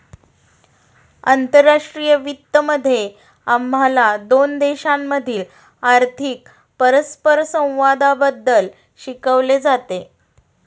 आंतरराष्ट्रीय वित्त मध्ये आम्हाला दोन देशांमधील आर्थिक परस्परसंवादाबद्दल शिकवले जाते